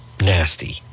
nasty